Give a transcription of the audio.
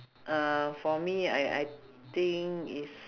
uh for me I I think is